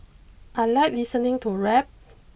I like listening to rap